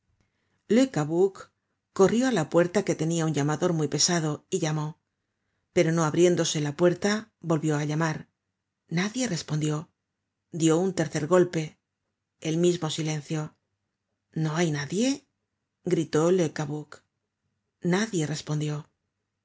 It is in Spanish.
cabuc corrió á la puerta que tenia un llamador muy pesado y llamó pero no abriéndose la puerta volvió á llamar nadie respondió dió un tercer golpe el mismo silencio no hay nadie gritó le